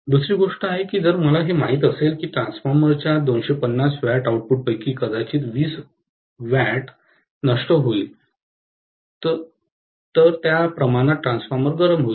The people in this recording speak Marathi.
दुसरी गोष्ट अशी आहे की जर मला हे माहित असेल की ट्रान्सफॉर्मरच्या 250 W आउटपुटपैकी कदाचित 20 W नष्ट होईल त्या प्रमाणात ट्रान्सफॉर्मर गरम होईल